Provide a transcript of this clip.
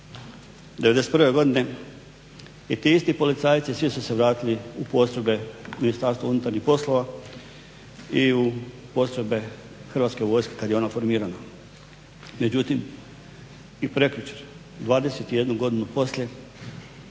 1991. godine i ti isti policajci svi su se vratili u postrojbe u Ministarstvo unutarnjih poslova i u postrojbe Hrvatske vojske kad je ona formirana. Međutim, i prekjučer 21 godinu poslije